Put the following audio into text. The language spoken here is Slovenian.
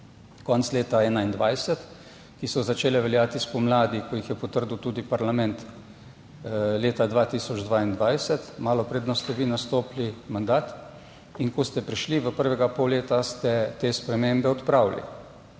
konec leta 2021, ki so začele veljati spomladi, ko jih je potrdil tudi parlament leta 2022, malo preden ste vi nastopili mandat in ko ste prišli v prvega pol leta ste te spremembe odpravili.